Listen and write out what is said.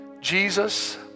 Jesus